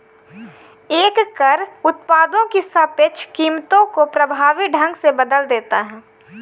एक कर उत्पादों की सापेक्ष कीमतों को प्रभावी ढंग से बदल देता है